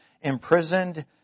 imprisoned